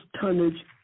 tonnage